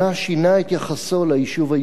שינה את יחסו ליישוב היהודי.